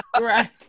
right